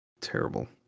terrible